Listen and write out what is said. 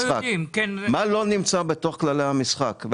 מה לא נמצא בתוך כללי המשחק?